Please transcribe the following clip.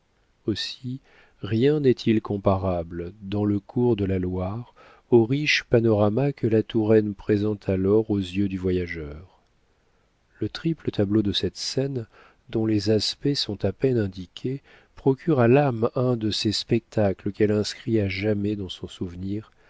aussi rien n'est-il comparable dans le cours de la loire au riche panorama que la touraine présente alors aux yeux du voyageur le triple tableau de cette scène dont les aspects sont à peine indiqués procure à l'âme un de ces spectacles qu'elle inscrit à jamais dans son souvenir